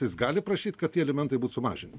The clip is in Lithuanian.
jis gali prašyt kad tie alimentai būt sumažin